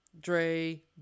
dre